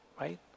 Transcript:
right